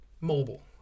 mobile